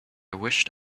wished